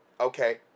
Okay